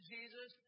Jesus